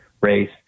race